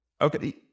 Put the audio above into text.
Okay